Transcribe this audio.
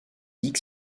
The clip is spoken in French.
vic